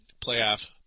playoff